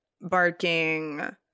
Barking